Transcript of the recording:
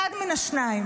אחד מן השניים.